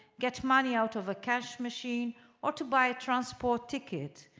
get money out of a cash machine or to buy a transport ticket.